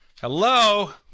Hello